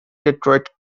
detroit